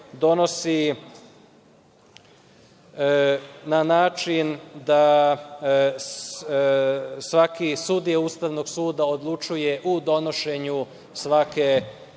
donosi na način da svaki sudija Ustavnog suda odlučuje u donošenju svake